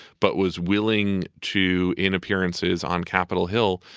but was willing to, in appearances on capitol hill,